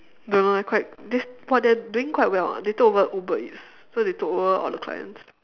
don't know eh quite that's but they're doing quite well [what] they took over uber eats so they took over all the clients